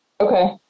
Okay